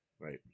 Right